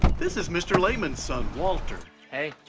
this is mr. lehman's son, walter. hey.